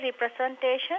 representation